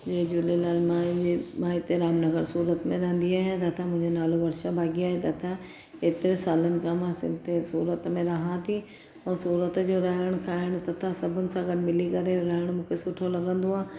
जय झूलेलाल मां हिंजे मां हिते रामनगर सूरत में रहंदी आहियां तथा मुंहिंजो नालो वर्षा भागिया आहे तथा एतिरे सालनि खां मां हिते सूरत में रहां थी ऐं सूरत जो रहणु खाइणु तथा सभिनि सां गॾ मिली करे रहणु मूंखे सुठो लॻंदो आहे